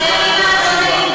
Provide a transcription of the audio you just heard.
בימים הקרובים,